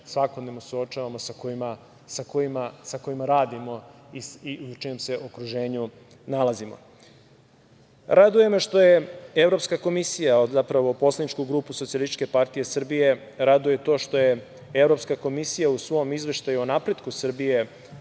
svakodnevno suočavamo, sa kojima radimo i čijem se okruženju nalazimo. Raduje me što je Evropska komisija, zapravo Poslaniku grupu SPS raduje to što je Evropska komisija u svom izveštaju o napretku Srbije